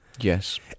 Yes